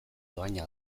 dohaina